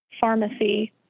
pharmacy